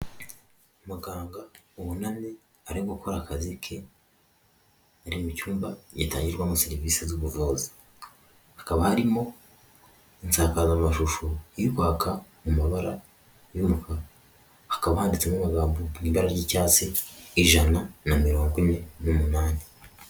Umuganga wunamye arimo gukora akazi ke ari mu cyumba gitangirwamo serivisi z'ubuvuzi, hakaba harimo insakaza mashusho iirikwaka mu mabara y'umukara, hakaba haditsemo amagambogambomu ibara ry'icyatsi ijana na mirongo ine n'umunani.